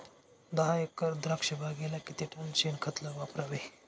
दहा एकर द्राक्षबागेला किती टन शेणखत वापरावे?